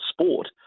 sport